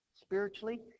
spiritually